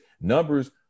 numbers